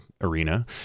arena